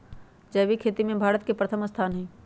जैविक खेती में भारत के प्रथम स्थान हई